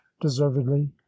deservedly